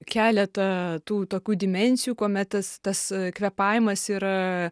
keletą tų tokių dimensijų kuomet tas tas kvėpavimas yra